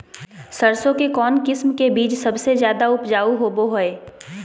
सरसों के कौन किस्म के बीच सबसे ज्यादा उपजाऊ होबो हय?